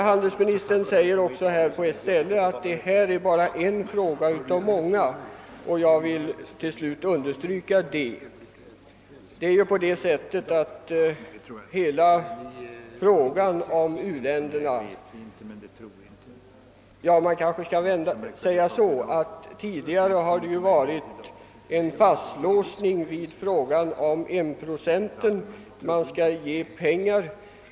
Handelsministern påpekar att detta endast är en fråga av många, och jag vill understryka det. Tidigare har det ju varit en fastlåsning vid målsättningen 1 procent av nationalprodukten — man skulle ge pengar.